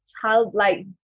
childlike